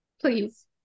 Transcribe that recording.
please